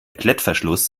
klettverschluss